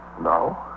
No